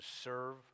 serve